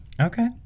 Okay